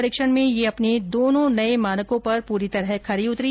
परीक्षण में यह अपने दोनों नए मानकों पर पूरी तरह खरी उतरी